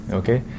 okay